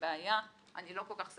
אני לא מוצא כרגע את אמצעי תשלום,